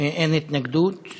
אין התנגדות,